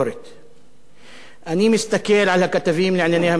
אני מסתכל על הכתבים לענייני המזרח התיכון ולענייני ערבים,